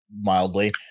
mildly